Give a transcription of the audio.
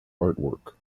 artwork